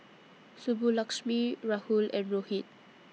Subbulakshmi Rahul and Rohit